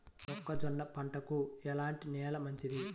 మొక్క జొన్న పంటకు ఎలాంటి నేల మంచిది?